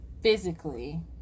physically